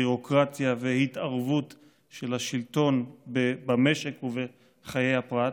ביורוקרטיה והתערבות של השלטון במשק ובחיי הפרט,